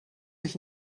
ich